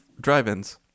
Drive-ins